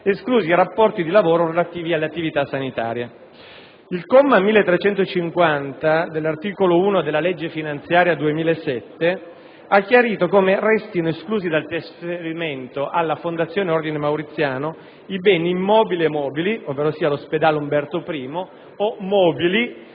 esclusi i rapporti di lavoro relativi alle attività sanitarie. Il comma 1350 dell'articolo 1 della legge finanziaria del 2007 ha chiarito come restino esclusi dal trasferimento alla fondazione Ordine Mauriziano i beni immobili e mobili (l'ospedale Umberto I) o mobili